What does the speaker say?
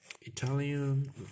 Italian